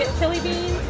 chile beans,